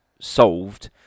solved